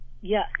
Yes